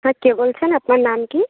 হ্যাঁ কে বলছেন আপনার নাম কি